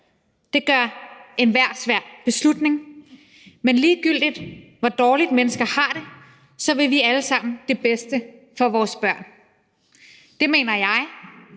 Det gør enhver svær beslutning. Men ligegyldigt hvor dårligt mennesker har det, så vil vi alle sammen det bedste for vores børn. Det mener jeg,